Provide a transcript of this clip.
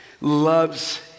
loves